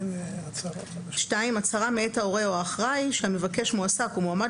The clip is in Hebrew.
הצהרה מאת ההורה או האחראי שמבקש מועסק או מועמד